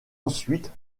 ensuite